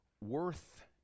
worth